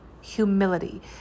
Humility